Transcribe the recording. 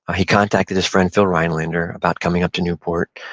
he contacted his friend phil rhinelander about coming up to newport,